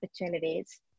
opportunities